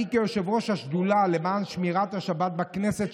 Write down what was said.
אני כיושב-ראש השדולה למען שמירת השבת בכנסת,